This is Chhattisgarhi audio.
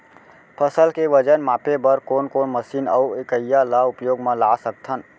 फसल के वजन मापे बर कोन कोन मशीन अऊ इकाइयां ला उपयोग मा ला सकथन?